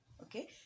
okay